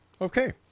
Okay